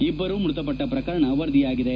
ಇಬ್ಬರು ಮೃತಪಟ್ಟ ಪ್ರಕರಣ ವರದಿಯಾಗಿದೆ